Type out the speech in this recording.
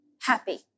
happy